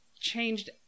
changed